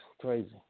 crazy